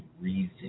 reason